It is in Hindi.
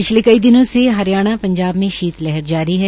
पिछले कई दिनों से हरियाणा पंजाब में शीत लहर जारी है